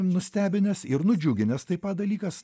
nustebinęs ir nudžiuginęs taip pat dalykas